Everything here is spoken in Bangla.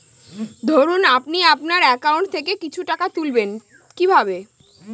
ধরুন আপনি আপনার একাউন্ট থেকে কিছু টাকা তুলবেন কিভাবে?